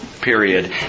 period